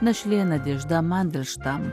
našlė nadežda mandelštam